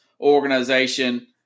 organization